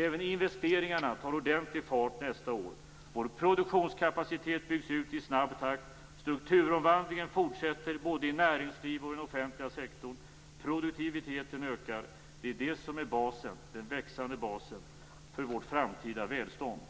Även investeringarna tar ordentlig fart nästa år. Vår produktionskapacitet byggs ut i snabb takt. Strukturomvandlingen fortsätter både i näringslivet och i den offentliga sektorn. Produktiviteten ökar. Det är det som är den växande basen för vårt framtida välstånd.